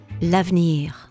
L'avenir